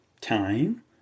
time